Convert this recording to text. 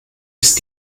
ist